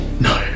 No